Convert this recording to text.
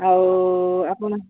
ଆଉ ଆପଣ